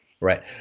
Right